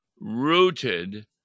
rooted